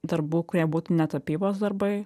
darbų kurie būtų ne tapybos darbai